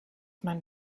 man